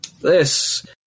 This-